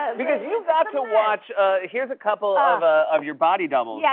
because you got to watch here's a couple of ah of your body doubles. yeah